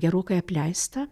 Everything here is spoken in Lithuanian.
gerokai apleistą